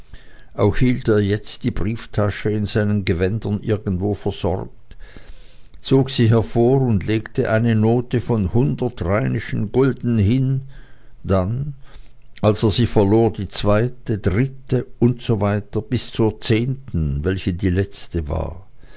auch jetzt hielt er die brieftasche in seinen gewändern irgendwo versorgt zog sie hervor und legte eine note von hundert rheinischen gulden hin dann als er sie verlor die zweite dritte und so weiter bis zur zehnten welches die letzte war